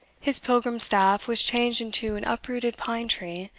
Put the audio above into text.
his pilgrim's staff was changed into an uprooted pine-tree,